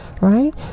right